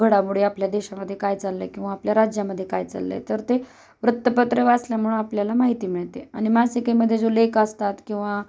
घडामोडी आपल्या देशामध्ये काय चाललं आहे किंवा आपल्या राज्यामध्ये काय चाललं आहे तर ते वृत्तपत्रे वाचल्यामुळं आपल्याला माहिती मिळते आणि मासिकेमध्ये जो लेख असतात किंवा